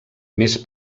més